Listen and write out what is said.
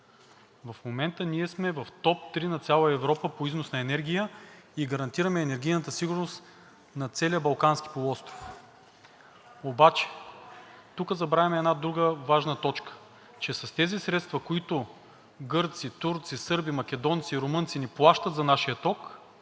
В момента ние сме в топ 3 на цяла Европа по износ на енергия и гарантираме енергийната сигурност на целия Балкански полуостров. Тук забравяме една друга важна точка, че с тези средства, които гърци, турци, сърби, македонци, румънци ни плащат за нашия ток,